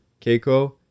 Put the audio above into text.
Keiko